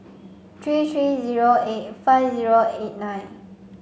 three three zero eight five zero eight nine